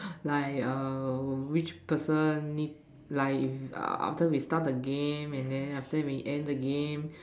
like err which person need lie in after we start of the game and then after that we end the game